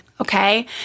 Okay